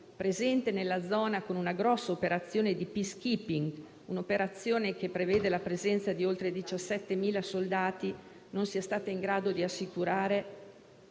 presente nella zona con una grossa operazione di *peacekeeping* che prevede la presenza di oltre 17.000 soldati, non sia stata in grado di assicurare